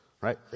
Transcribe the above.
right